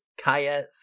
Kaya